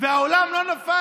והעולם לא נפל,